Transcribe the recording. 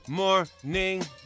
morning